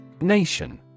Nation